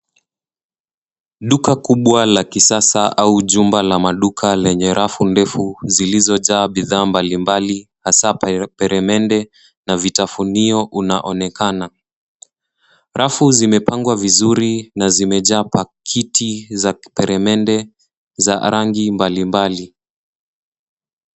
Duka kubwa la kisasa au jumba la maduka lenye rafu ndefu zilizojaa bidhaa mbalimbali hasa peremende na vitafunio unaonekana. Rafu zimepangwa vizuri na zimejaa pakiti za peremende za rangi mbalimbali.